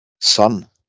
Sun